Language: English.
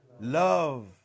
love